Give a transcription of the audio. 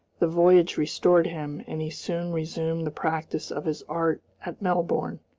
the voyage restored him, and he soon resumed the practice of his art at melbourne.